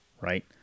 right